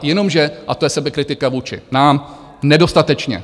Jenomže a to je sebekritika vůči nám nedostatečně.